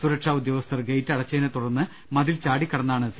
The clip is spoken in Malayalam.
സുരക്ഷാ ഉദ്യോഗസ്ഥർ ഗെയ്റ്റ് അടച്ച തിനെത്തുടർന്ന് മതിൽ ചാടിക്കടന്നാണ് സി